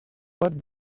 what